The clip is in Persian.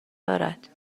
دارد